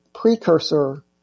precursor